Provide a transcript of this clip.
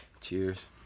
cheers